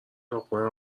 لقمه